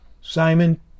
Simon